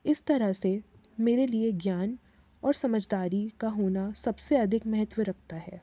इस तरह से मेरे लिए ज्ञान और समझदारी का होना सब से अधिक महत्व रखता है